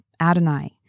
Adonai